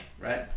right